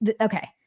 okay